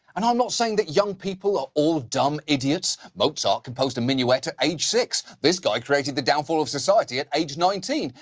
and i'm not saying that young people are all dumb idiots. mozart composed a minuet at age six. this guy created the downfall of society at age nineteen.